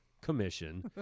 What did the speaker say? commission